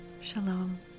shalom